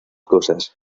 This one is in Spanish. cosas